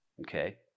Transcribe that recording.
Okay